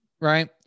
right